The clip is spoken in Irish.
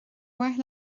mhaith